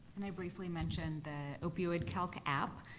and i briefly mention the opioidcalc app?